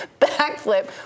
backflip